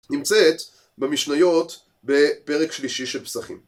נמצאת במשניות בפרק שלישי של פסחים